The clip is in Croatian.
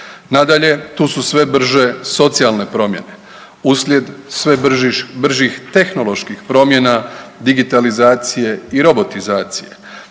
Nadalje, tu su sve brže socijalne promjene uslijed sve bržih tehnoloških promjena, digitalizacije i robotizacije,